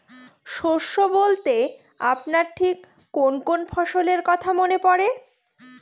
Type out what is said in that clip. শস্য বলতে আপনার ঠিক কোন কোন ফসলের কথা মনে পড়ে?